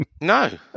No